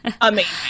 Amazing